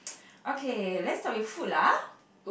okay let's stop with food lah